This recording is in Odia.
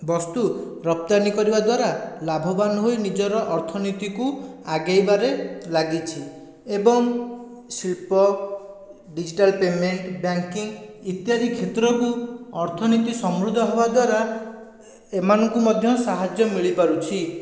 ବସ୍ତୁ ରପ୍ତାନି କରିବା ଦ୍ଵାରା ଲାଭବାନ ହୋଇ ନିଜର ଅର୍ଥନୀତିକୁ ଆଗେଇବାରେ ଲାଗିଛି ଏବଂ ଶିଳ୍ପ ଡିଜିଟାଲ୍ ପେମେଣ୍ଟ ବ୍ୟାଙ୍କିଙ୍ଗ ଇତ୍ୟାଦି କ୍ଷେତ୍ରକୁ ଅର୍ଥନୀତି ସମୃଦ୍ଧ ହେବା ଦ୍ଵାରା ଏମାନଙ୍କୁ ମଧ୍ୟ ସାହାଯ୍ୟ ମିଳିପାରୁଛି